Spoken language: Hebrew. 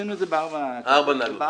עשינו את זה בארבע --- ארבע נגלות.